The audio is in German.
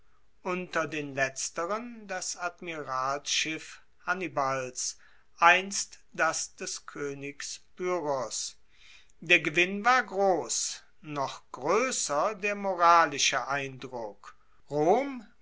unter den letzteren das admiralsschiff hannibals einst das des koenigs pyrrhos der gewinn war gross noch groesser der moralische eindruck rom